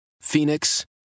Phoenix